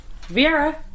Vera